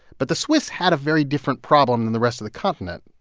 but the swiss had a very different problem than the rest of the continent.